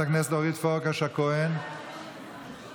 חברת הכנסת אורית פרקש הכהן, נמצאת.